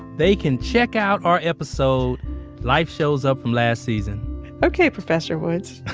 they can check out our episode life shows up from last season okay, professor woods.